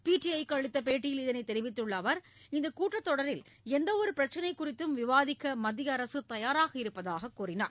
PTI க்கு அளித்த பேட்டியில் இதனைத் தெரிவித்துள்ள அவர் இந்தக் கூட்டத் தொடரில் எந்தவொரு பிரச்சினை குறித்தும் விவாதிக்க மத்திய அரசு தயாராக இருப்பதாக கூறினார்